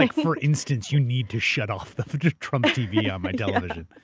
like for instance, you need to shut off the trump tv on my television.